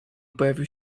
pojawił